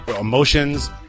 emotions